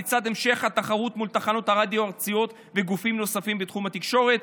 לצד המשך התחרות מול תחנות רדיו ארציות וגופים נוספים בתחום התקשורת,